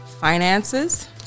Finances